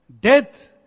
death